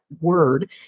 word